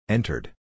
Entered